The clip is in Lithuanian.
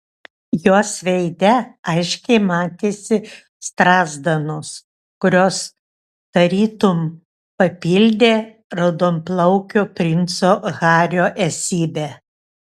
jos veide aiškiai matėsi strazdanos kurios tarytum papildė raudonplaukio princo hario esybę